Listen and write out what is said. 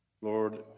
Lord